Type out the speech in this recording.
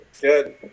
Good